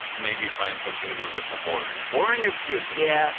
maybe find something a little bit more boring? boring is good. yeah.